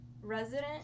resident